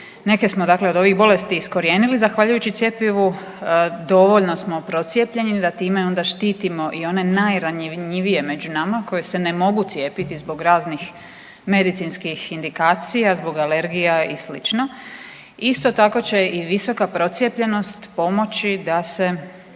Neke smo dakle od ovih bolesti iskorijenili zahvaljujući cjepivu dovoljno smo procijepljeni da time onda štitimo i one najranjivije među nama koji se ne mogu cijepiti zbog raznih medicinskih indikacija, zbog alergija i slično. Isto tako će i visoka procijepljenost pomoći da se